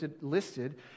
listed